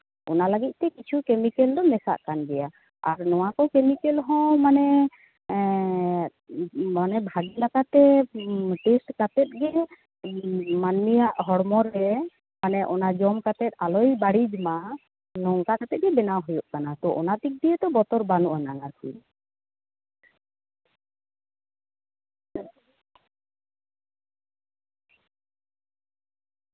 ᱚᱱᱟ ᱞᱟᱹᱜᱤᱫ ᱛᱮ ᱠᱤᱪᱷᱩ ᱠᱮᱢᱤᱠᱮᱞ ᱫᱚ ᱢᱮᱥᱟᱜ ᱠᱟᱱ ᱜᱮᱭᱟ ᱟᱨ ᱱᱚᱣᱟ ᱠᱚ ᱠᱮᱢᱤᱠᱮᱞ ᱦᱚᱸ ᱢᱟᱱᱮ ᱢᱟᱱᱮ ᱵᱷᱟᱜᱮ ᱞᱮᱠᱟᱛᱮ ᱴᱮᱹᱥᱴ ᱠᱟᱛᱮ ᱜᱮ ᱢᱟᱹᱱᱢᱤᱭᱟᱜ ᱦᱚᱲᱢᱚ ᱨᱮ ᱢᱟᱱᱮ ᱚᱱᱟ ᱡᱚᱢ ᱠᱟᱛᱮ ᱟᱞᱚᱭ ᱵᱟᱹᱲᱤᱡᱽ ᱢᱟ ᱱᱚᱝᱠᱟ ᱠᱟᱛᱮ ᱜᱮ ᱵᱮᱱᱟᱣ ᱦᱩᱭᱩᱜ ᱠᱟᱱᱟ ᱛᱚ ᱚᱱᱟ ᱫᱤᱠ ᱫᱤᱭᱮ ᱫᱚ ᱵᱚᱛᱚᱨ ᱵᱟᱹᱱᱩᱜ ᱟᱱᱟᱝ ᱟᱨᱠᱤ